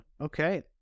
Okay